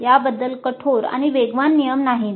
याबद्दल कठोर आणि वेगवान नियम नाहीत